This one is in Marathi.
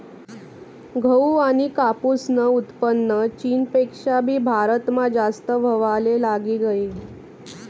गहू आनी कापूसनं उत्पन्न चीनपेक्षा भी भारतमा जास्त व्हवाले लागी गयी